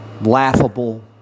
laughable